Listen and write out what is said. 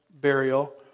burial